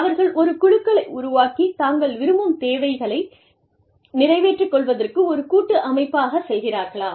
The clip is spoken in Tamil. அவர்கள் ஒரு குழுக்களை உருவாக்கி தாங்கள் விரும்பும் தேவைகளை நிறைவேற்றிக் கொள்வதற்கு ஒரு கூட்டு அமைப்பாகச் செல்கிறார்களா